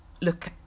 look